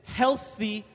healthy